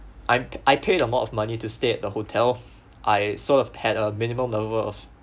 I'm I paid a lot of money to stay at the hotel I sort of had a minimal level of